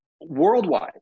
worldwide